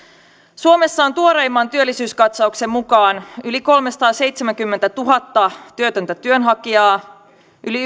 suomessa on tuoreimman työllisyyskatsauksen mukaan yli kolmesataaseitsemänkymmentätuhatta työtöntä työnhakijaa yli